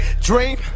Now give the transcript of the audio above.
dream